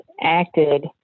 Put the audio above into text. acted